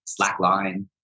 slackline